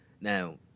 Now